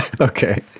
Okay